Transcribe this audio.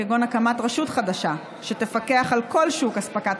כגון הקמת רשות חדשה שתפקח על כל שוק אספקת